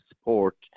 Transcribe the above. support